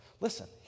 Listen